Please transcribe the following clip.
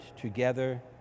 together